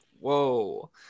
whoa